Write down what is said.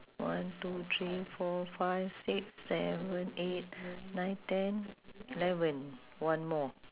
one two three four five six seven eight nine ten eleven one more